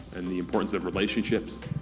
and the importance of relationships.